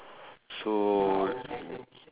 so